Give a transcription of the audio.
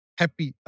happy